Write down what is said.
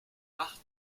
marthe